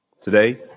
today